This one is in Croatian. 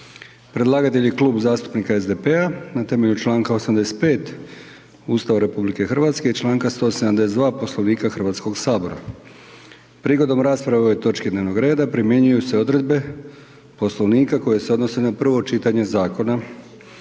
Predlagatelj je Klub zastupnika SDP-a na temelju članka 85. Ustava RH i članka 172. Poslovnika Hrvatskog sabora. Prigodom rasprave o ovoj točki dnevnog reda primjenjuju se odredbe Poslovnika koje se odnose na prvo čitanje zakona.